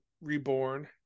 reborn